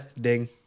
Ding